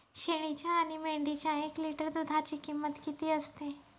शेळीच्या आणि मेंढीच्या एक लिटर दूधाची किंमत किती असते?